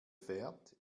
fährt